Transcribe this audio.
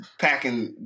packing